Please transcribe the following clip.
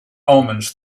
omens